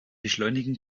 beschleunigen